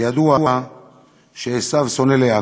בידוע שעשיו שונא ליעקב,